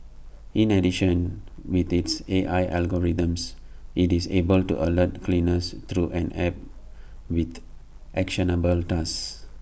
in addition with its A I algorithms IT is able to alert cleaners through an app with actionable tasks